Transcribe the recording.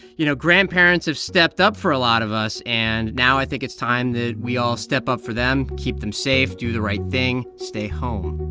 you know, grandparents have stepped up for a lot of us. and now, i think, it's time that we all step up for them, keep them safe, do the right thing stay home